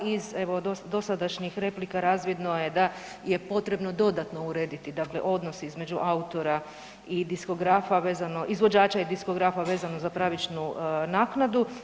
Iz evo dosadašnjih replika razvidno je da je potrebno dodatno urediti dakle odnos između autora i diskografa vezano, izvođača i diskografa vezano za pravičnu naknadu.